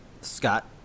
Scott